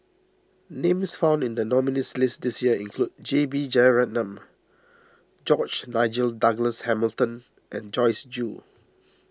names found in the nominees' list this year include J B Jeyaretnam George Nigel Douglas Hamilton and Joyce Jue